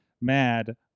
Mad